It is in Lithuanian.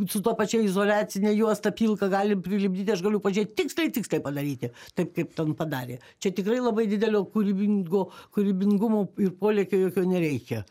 su ta pačia izoliacine juosta pilka galim prilipdyti aš galiu pažiūrėt tiksliai tiksliai padaryti taip kaip ten padarė čia tikrai labai didelio kūrybingo kūrybingumo ir polėkio jokio nereikia